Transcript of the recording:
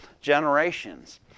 generations